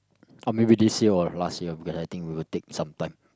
or maybe this year or last year because I think we will take some time